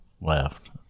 left